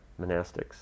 monastics